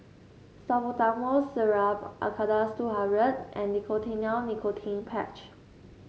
Salbutamol Syrup Acardust two hundred and Nicotinell Nicotine Patch